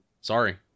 Sorry